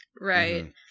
Right